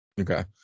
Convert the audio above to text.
Okay